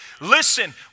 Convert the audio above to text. Listen